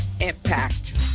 impact